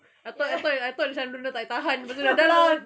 ya